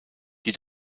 die